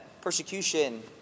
persecution